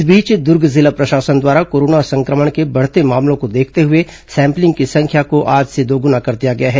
इस बीच दुर्ग जिला प्रशासन द्वारा कोरोना संक्रमण के बढ़ते मामलों को देखते हुए सैंपलिंग की संख्या को आज से दोगुना कर दिया गया है